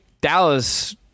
dallas